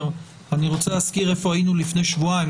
שאני רוצה להזכיר היכן היינו לפני שבועיים.